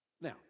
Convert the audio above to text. Now